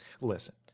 Listen